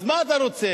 אז מה אתה רוצה?